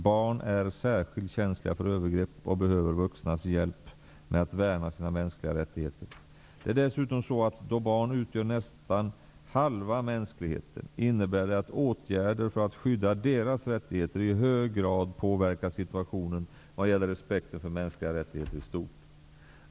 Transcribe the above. Barn är särskilt känsliga för övergrepp och behöver vuxnas hjälp med att värna sina mänskliga rättigheter. Det är dessutom så, att då barn utgör nästan halva mänskligheten innebär det att åtgärder för att skydda deras rättigheter i hög grad påverkar situationen vad gäller respekten för mänskliga rättigheter i stort.